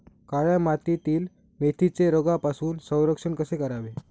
काळ्या मातीतील मेथीचे रोगापासून संरक्षण कसे करावे?